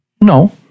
No